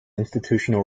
institutional